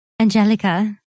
Angelica